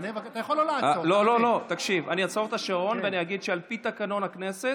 אני אעצור את השעון ואני אגיד שעל פי תקנון הכנסת,